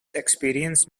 experience